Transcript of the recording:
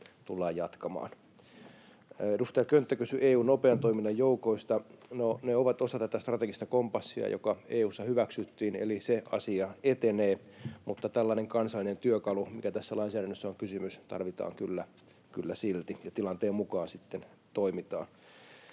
tullaan jatkamaan. Edustaja Könttä kysyi EU:n nopean toiminnan joukoista. No, ne ovat osa tätä strategista kompassia, joka EU:ssa hyväksyttiin, eli se asia etenee. Mutta tällainen kansallinen työkalu, mistä tässä lainsäädännössä on kysymys, tarvitaan kyllä silti, ja tilanteen mukaan sitten